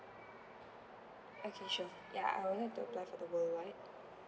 okay sure yeah I would like to apply for the worldwide